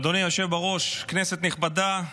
אדוני היושב-ראש, כנסת נכבדה,